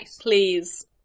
please